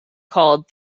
called